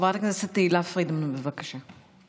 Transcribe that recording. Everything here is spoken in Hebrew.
חברת הכנסת תהלה פרידמן, בבקשה.